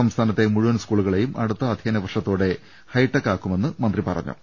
സംസ്ഥാനത്തെ മുഴുവൻ സ്കൂളുകളെയും അടുത്ത അധ്യയന വർഷത്തോടെ ഹൈടെക് ആക്കുമെന്ന് മന്ത്രി പറഞ്ഞു